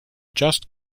just